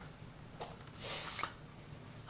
אפשר?